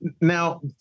now